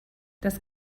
das